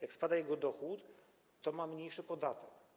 Jak spada jego dochód, to ma mniejszy podatek.